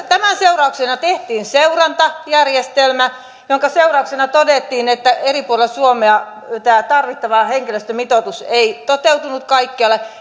tämän seurauksena tehtiin seurantajärjestelmä jonka seurauksena todettiin että eri puolilla suomea tämä tarvittava henkilöstömitoitus ei toteutunut kaikkialla